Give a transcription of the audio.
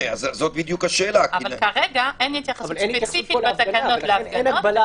אבל כרגע אין התייחסות ספציפית בתקנות להפגנות,